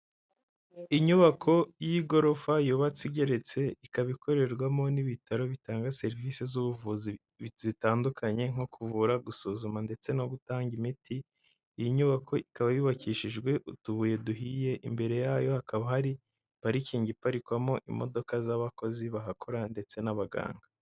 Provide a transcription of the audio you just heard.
Inyubako y'igorofa yubatse igeretse ikaba ikorerwamo n'ibitaro bitanga serivisi z'ubuvuzi zitandukanye nko kuvura, gusuzuma ndetse no gutanga imiti, iyi nyubako ikaba yubakishijwe utubuye duhiye, imbere yayo hakaba hari parikingi iparikwamo imodoka z'abakozi bahakora ndetse n'abaganga.